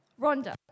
Rhonda